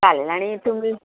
चालेल आणि तुम्ही